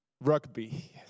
rugby